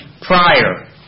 prior